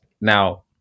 now